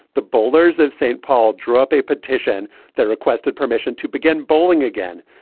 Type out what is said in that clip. the bowlers of st. paul drew up a petition that requested permission to begin bowling again.